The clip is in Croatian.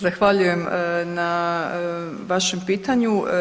Zahvaljujem na vašem pitanju.